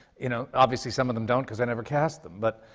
you know. obviously, some of them don't, cause i never cast them. but